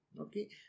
Okay